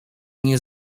nie